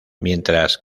mientras